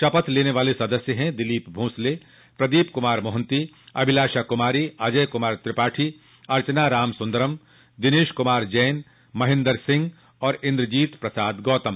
शपथ लेने वाले सदस्य हैं दिलीप भोंसले प्रदीप कुमार मोहंती अभिलाषा कुमारी अजय कुमार त्रिपाठी अर्चना रामसूंदरम दिनेश कुमार जैन महेन्दर सिंह और इन्द्रजीत प्रसाद गौतम